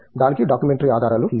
దానికి డాక్యుమెంటరీ ఆధారాలు లేవు